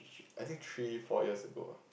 I think three four years ago ah